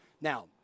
Now